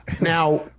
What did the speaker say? Now